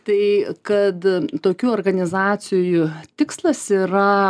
tai kad tokių organizacijų tikslas yra